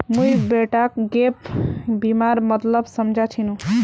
मुई बेटाक गैप बीमार मतलब समझा छिनु